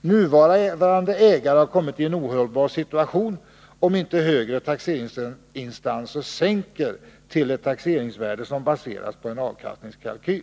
Nuvarande ägare har kommit i en ohållbar situation, om inte högre taxeringsinstanser gör en sänkning till ett taxeringsvärde som baseras på en avkastningskalkyl.